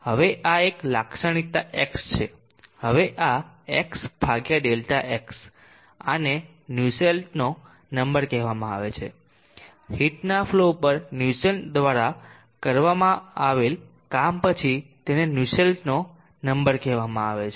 હવે આ એક લાક્ષણિકતા X છે હવે આ X Δx આને નુસેલ્ટનો નંબર કહેવામાં આવે છે હીટના ફલો પર નુસેલ્ટ દ્વારા કરવામાં આવેલા કામ પછી તેને નુસેલ્ટનો નંબર કહેવામાં આવે છે